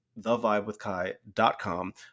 thevibewithkai.com